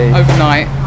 overnight